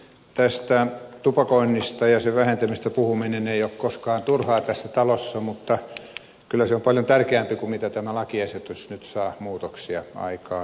tästä tupakoinnista ja sen vähentämisestä puhuminen ei ole koskaan turhaa tässä talossa mutta kyllä se on paljon tärkeämpi asia kuin mitä tämä lakiesitys nyt saa muutoksia aikaan